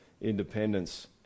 independence